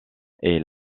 est